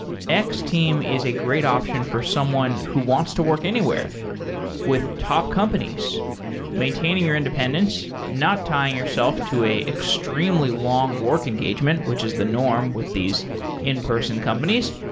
x-team is a great option for someone who wants to work anywhere with top companies maintaining your independence, not tying yourself to an extremely long work engagement, which is the norm with these in-person companies,